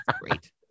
Great